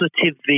positive